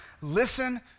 listen